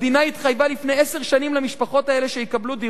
התחייבה לפני עשר שנים למשפחות האלה שיקבלו דירות,